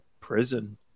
prison